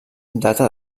data